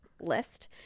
list